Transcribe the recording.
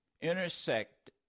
intersect